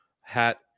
hat